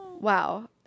Wow